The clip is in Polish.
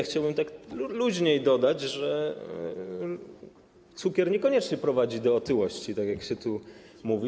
Chciałbym tak luźniej dodać, że cukier niekoniecznie prowadzi do otyłości, tak jak się tu mówi.